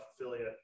affiliate